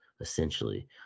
essentially